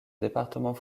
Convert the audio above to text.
département